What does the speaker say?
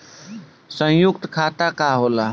सयुक्त खाता का होला?